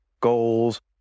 goals